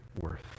worth